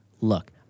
look